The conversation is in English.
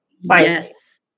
Yes